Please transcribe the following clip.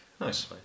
Nice